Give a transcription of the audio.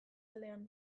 aldean